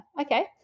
okay